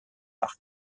marc